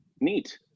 neat